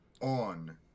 on